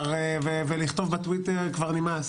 ולכתוב בטוייטר כבר נמאס.